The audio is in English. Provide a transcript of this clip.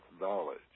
knowledge